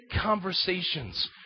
conversations